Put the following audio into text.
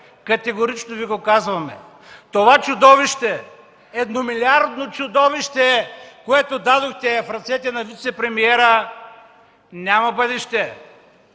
категорично Ви го казваме. Това чудовище, едномилиардно чудовище, което дадохте в ръцете на вицепремиера, няма бъдеще.